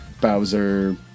Bowser